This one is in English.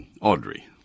Audrey